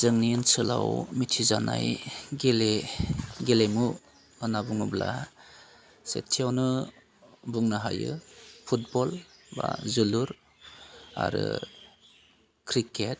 जोंनि ओनसोलाव मिथिजानाय गेलेमु होन्ना बुङोब्ला सेथियावनो बुंनो हायो फुटबल बा जोलुर आरो क्रिकेट